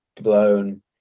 Blown